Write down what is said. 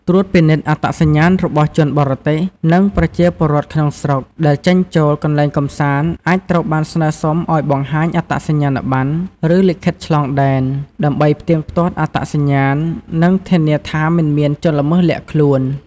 ត្រួតពិនិត្យអត្តសញ្ញាណ របស់ជនបរទេស និងប្រជាពលរដ្ឋក្នុងស្រុក ដែលចេញចូលកន្លែងកម្សាន្ត អាចត្រូវបានស្នើសុំឲ្យបង្ហាញ អត្តសញ្ញាណប័ណ្ណ ឬលិខិតឆ្លងដែន ដើម្បីផ្ទៀងផ្ទាត់អត្តសញ្ញាណ និងធានាថាមិនមានជនល្មើសលាក់ខ្លួន។